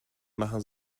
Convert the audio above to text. machen